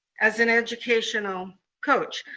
as an educational coach.